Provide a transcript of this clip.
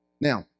Now